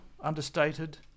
understated